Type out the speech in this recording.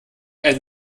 ein